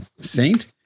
saint